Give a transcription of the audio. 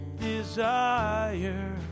desire